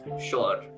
sure